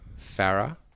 Farah